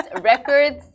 records